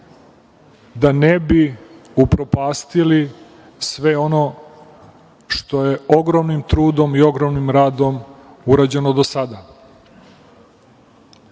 da ne bismo upropastili sve ono što je ogromnim trudom i ogromnim radom urađeno do sada,